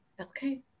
okay